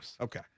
Okay